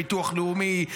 ביטוח לאומי,